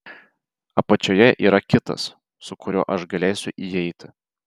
apačioje yra kitas su kuriuo aš galėsiu įeiti